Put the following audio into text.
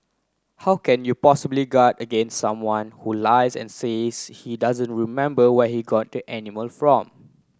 how can you possibly guard against someone who lies and says he doesn't remember where he got the animal from